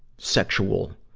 sexual,